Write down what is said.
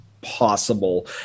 possible